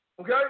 Okay